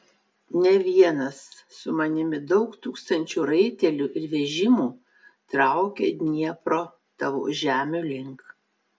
ne vienas su manimi daug tūkstančių raitelių ir vežimų traukia dniepro tavo žemių link